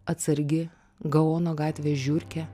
atsargi gaono gatvės žiurkė